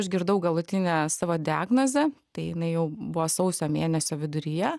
išgirdau galutinę savo diagnozę tai jinai jau buvo sausio mėnesio viduryje